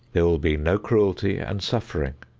there will be no cruelty and suffering.